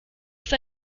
ist